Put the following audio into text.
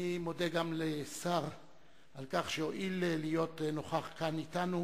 אני גם מודה לשר על שהואיל להיות נוכח כאן אתנו,